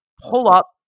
pull-up